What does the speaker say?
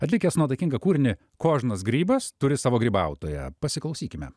atlikęs nuotaikingą kūrinį kožnas grybas turi savo grybautoją pasiklausykime